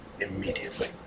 Immediately